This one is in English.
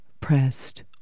pressed